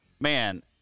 man